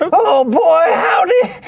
oh boy howdy,